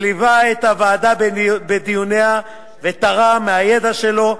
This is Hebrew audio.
שליווה את הוועדה בדיוניה ותרם מהידע שלו,